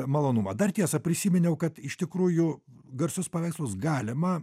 malonumą dar tiesa prisiminiau kad iš tikrųjų garsius paveikslus galima